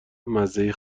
مزه